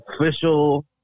Official